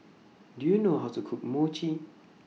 Do YOU know How to Cook Mochi